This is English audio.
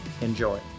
enjoy